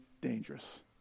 dangerous